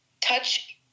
touch